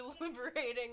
Deliberating